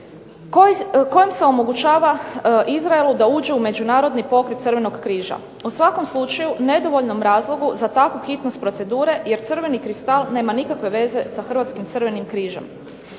kojem se omogućava Izraelu da uđe u međunarodni pokret Crvenog križa. U svakom slučaju nedovoljnom razlogu za takvu hitnost procedure, jer crveni kristal nema nikakve veze sa Hrvatskim crvenim križom.